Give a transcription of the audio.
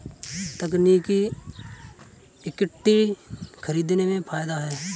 तकनीकी इक्विटी खरीदने में फ़ायदा है